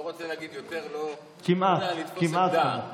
לא רוצה להגיד יותר, לא יותר, או לתפוס עמדה.